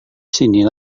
sini